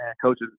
coaches